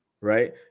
Right